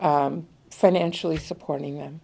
financially supporting them